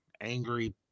angry